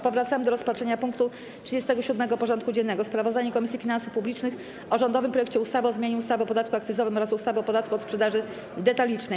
Powracamy do rozpatrzenia punktu 37. porządku dziennego: Sprawozdanie Komisji Finansów Publicznych o rządowym projekcie ustawy o zmianie ustawy o podatku akcyzowym oraz ustawy o podatku od sprzedaży detalicznej.